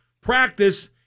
practice